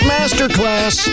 Masterclass